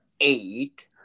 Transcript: eight